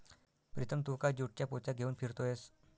प्रीतम तू का ज्यूटच्या पोत्या घेऊन फिरतोयस